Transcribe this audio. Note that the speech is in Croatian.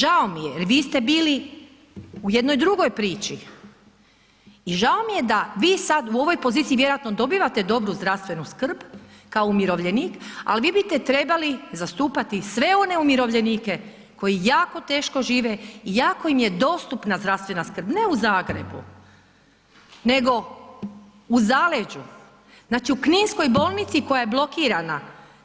Žao mi je jer vi ste bili u jednoj drugoj priči i žao mi je da vi sad u ovoj poziciji vjerovatno dobivate dobru zdravstvenu skrb kao umirovljenik ali vi biste trebali zastupati sve one umirovljenike koji jako teško žive iako im je dostupna zdravstvena skrb ne u Zagrebu nego u zaleđu, znači u kninskoj bolnici koja je blokirana,